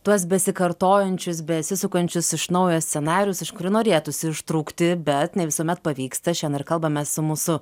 tuos besikartojančius besisukančius iš naujo scenarijus iš kurių norėtųsi ištrūkti bet ne visuomet pavyksta šian ir kalbamės su mūsų